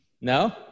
No